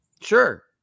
Sure